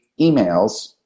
emails